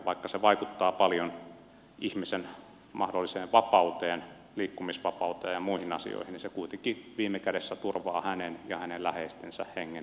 vaikka se vaikuttaa paljon ihmisen mahdolliseen vapauteen liikkumisvapauteen ja muihin asioihin niin se kuitenkin viime kädessä turvaa hänen ja hänen läheistensä hengen ja terveyden